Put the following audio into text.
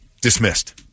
dismissed